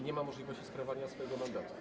Nie mam możliwości sprawowania swojego mandatu.